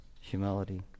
humility